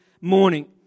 morning